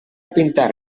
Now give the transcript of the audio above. pintar